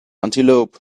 antelope